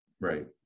Right